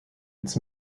its